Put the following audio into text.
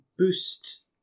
boost